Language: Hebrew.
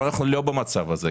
אנחנו לא במצב הזה.